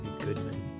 Goodman